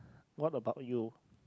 what about you